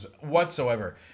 whatsoever